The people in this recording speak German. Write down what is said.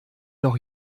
noch